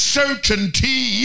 certainty